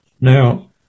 Now